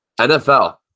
NFL